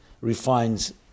refines